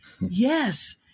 Yes